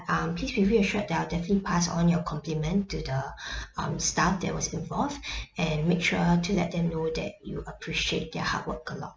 um please be reassured that I'll definitely pass on your compliment to the um staff that was involved and make sure to let them know that you appreciate their hard work a lot